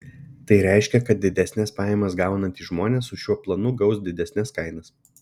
tai reiškia kad didesnes pajamas gaunantys žmonės su šiuo planu gaus didesnes kainas